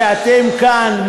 ואתם כאן,